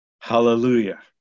Hallelujah